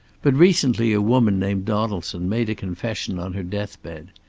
but recently a woman named donaldson made a confession on her deathbed.